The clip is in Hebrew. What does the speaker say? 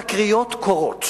תקריות קורות